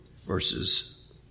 verses